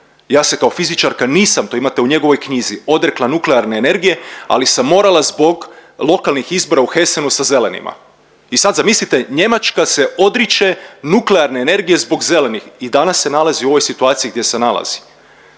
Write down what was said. Ja se kao fizičarka nisam, to imate u njegovoj knjizi, odrekla nuklearne energije, ali sam morala zbog lokalnih izbor au Hessenu sa zelenima. I sad zamislite Njemačka se odriče nuklearne energije zbog zelenih i danas se nalazi u ovoj situaciji gdje se nalazi.